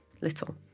little